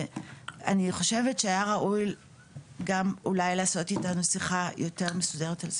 ואני חושבת שאולי היה ראוי לעשות איתנו שיחה יותר מסודרת על זה.